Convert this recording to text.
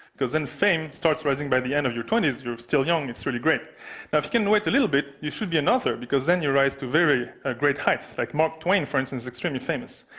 because then fame starts rising by the end of your twenty s you're still young, it's really great. now if you can wait a little bit, you should be an author, because then you rise to very ah great heights, like mark twain, for instance extremely famous.